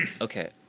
Okay